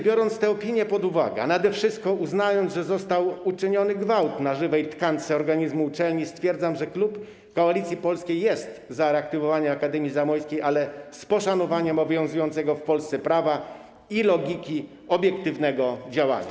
Biorąc te opinie pod uwagę, a nade wszystko uznając, że został uczyniony gwałt na żywej tkance organizmu uczelni, stwierdzam, że klub Koalicji Polskiej jest za reaktywowaniem Akademii Zamojskiej, ale z poszanowaniem obowiązującego w Polsce prawa i logiki obiektywnego działania.